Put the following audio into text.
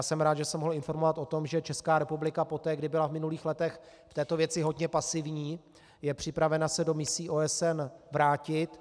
Jsem rád, že jsem mohl informovat o tom, že Česká republika poté, kdy byla v minulých letech v této věci hodně pasivní, je připravena se do misí OSN vrátit.